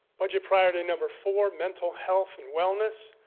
budget priority number four, mental health and wellness,